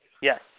Yes